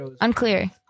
Unclear